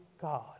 God